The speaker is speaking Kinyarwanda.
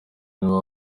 nibo